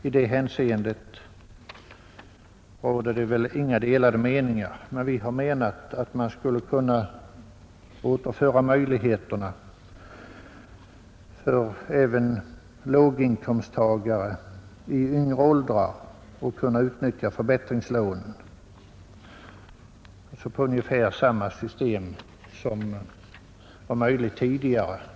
I det hänseendet råder det väl inga delade meningar, men vi har ansett att man skulle kunna återinföra möjligheten även för låginkomsttagare i yngre åldrar att utnyttja förbättringslånen efter ungefär samma system som tillämpades tidigare.